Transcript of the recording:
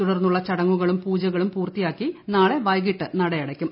തുടർന്നുള്ള ചടങ്ങുകളും പൂജകളും പൂർത്തിയാക്കി നാളെ വൈകിട്ട് നട അടയ്ക്കും